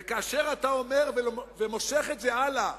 וכאשר אתה אומר ומושך את זה הלאה